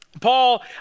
Paul